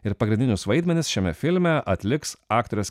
ir pagrindinius vaidmenis šiame filme atliks aktores